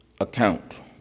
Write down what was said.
account